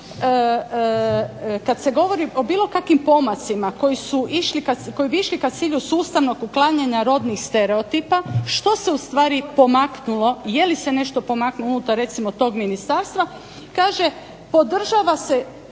kad se govori o bilo kakvim pomacima koji bi išli ka cilju sustavnog uklanjanja rodnih stereotipa što se ustvari pomaknulo i je li se nešto pomaknulo unutar recimo tog ministarstva, kaže podržava se,